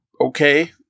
okay